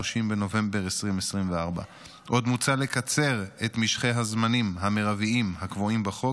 30 בנובמבר 2024. עוד מוצע לקצר את משכי הזמנים המרביים הקבועים בחוק,